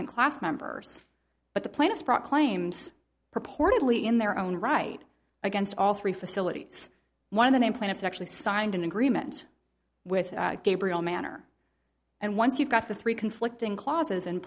absent class members but the plaintiffs brought claims purportedly in their own right against all three facilities one of the name plaintiffs actually signed an agreement with gabriel manner and once you've got the three conflicting clauses